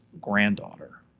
granddaughter